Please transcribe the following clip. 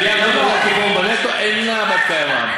עלייה בברוטו לצד קיפאון בנטו, איננה בת-קיימא.